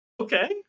Okay